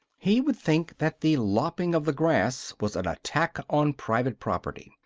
he would think that the lopping of the grass was an attack on private property.